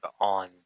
on